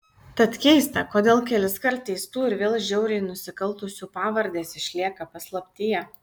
tad keista kodėl keliskart teistų ir vėl žiauriai nusikaltusių pavardės išlieka paslaptyje